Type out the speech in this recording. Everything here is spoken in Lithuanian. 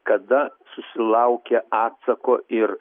kada susilaukia atsako ir